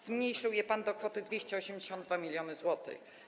Zmniejszył je pan do kwoty 282 mln zł.